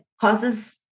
causes